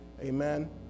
Amen